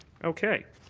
okay.